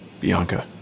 Bianca